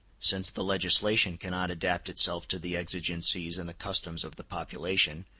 since the legislation cannot adapt itself to the exigencies and the customs of the population,